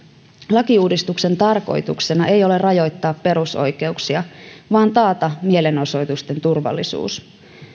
lakiuudistuksen tarkoituksena ei ole rajoittaa perusoikeuksia vaan taata mielenosoitusten turvallisuus